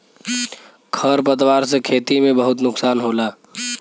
खर पतवार से खेती में बहुत नुकसान होला